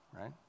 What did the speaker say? right